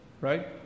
right